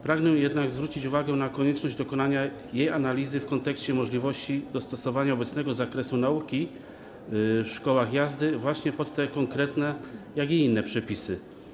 Pragnę jednak zwrócić uwagę na konieczność dokonania jej analizy w kontekście możliwości dostosowania obecnego zakresu nauki w szkołach jazdy do tych konkretnie, jak i innych przepisów.